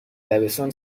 دبستان